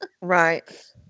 Right